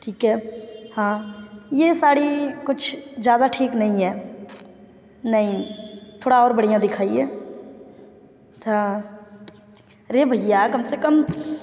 ठीक है हाँ ये साड़ी कुछ ज़्यादा ठीक नहीं है नहीं थोड़ा और बढ़िया दिखाइए हाँ अरे भैया कम से कम